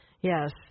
Yes